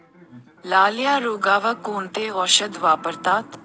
लाल्या रोगावर कोणते औषध वापरतात?